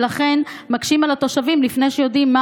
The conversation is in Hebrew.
ולכן מקשים על התושבים לפני שיודעים מה